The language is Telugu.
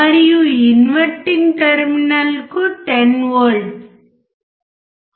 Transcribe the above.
మరియు ఇన్వర్టింగ్ టెర్మినల్ 10 V